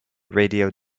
radio